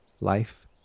life